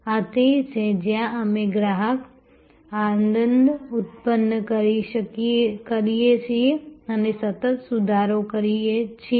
આ તે છે જ્યાં અમે ગ્રાહક આનંદ ઉત્પન્ન કરીએ છીએ અને સતત સુધારો કરીએ છીએ